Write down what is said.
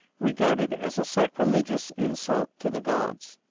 regarded as a sacrilegious insult to the gods.